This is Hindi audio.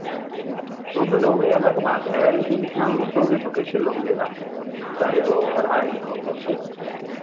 शुद्ध दोगे अलग बात है लेकिन इतना लूटोगे तो कैसे लोग लेगा कह रहे हो ढाई सौ कैसे